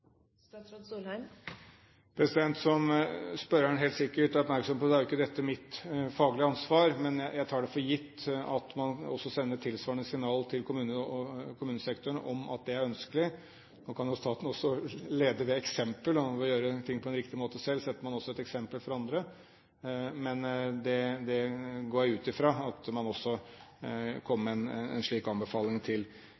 spørreren helt sikkert er oppmerksom på, er ikke dette mitt faglige ansvar. Men jeg tar det for gitt at man også sender tilsvarende signaler til kommunesektoren om at det er ønskelig. Nå kan jo staten ved å gjøre ting på en riktig måte selv, også være et eksempel for andre. Men jeg går ut fra at man også